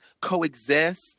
coexist